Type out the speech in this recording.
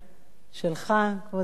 שלך, כבוד היושב-ראש,